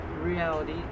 reality